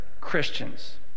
Christians